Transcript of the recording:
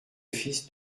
fils